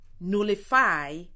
nullify